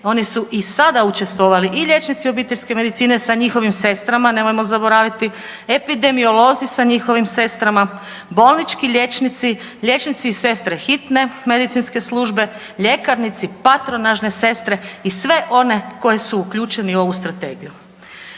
Oni su i sada učestvovali i liječnici obiteljske medicine sa njihovim sestrama. Nemojmo zaboraviti, epidemiolozi sa njihovim sestrama, bolnički liječnici, liječnici i sestre hitne medicinske službe, ljekarnici, patronažne sestre i svi oni koji su uključeni u ovu strategiju.